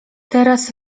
teraz